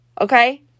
Okay